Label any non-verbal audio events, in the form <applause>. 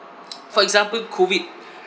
<noise> for example COVID